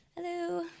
hello